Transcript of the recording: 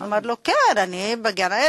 אמר לו: כן, אני בגן-עדן.